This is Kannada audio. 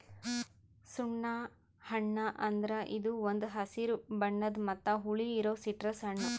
ಸುಣ್ಣ ಹಣ್ಣ ಅಂದುರ್ ಇದು ಒಂದ್ ಹಸಿರು ಬಣ್ಣದ್ ಮತ್ತ ಹುಳಿ ಇರೋ ಸಿಟ್ರಸ್ ಹಣ್ಣ